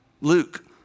Luke